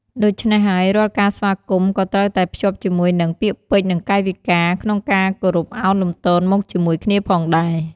ដូច្នេះហើយ រាល់ការស្វាគមន៍ក៏ត្រូវតែភ្ចាប់ជាមួយនឹង ពាក្យពេចន៍ និងកាយវិការ ក្នុងការគោរពឱនលំទោនមកជាមួយគ្នាផងដែរ។